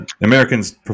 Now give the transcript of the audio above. Americans